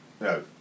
no